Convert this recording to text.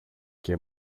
και